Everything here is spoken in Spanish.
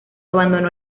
abandonó